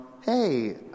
hey